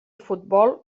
futbol